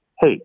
Hey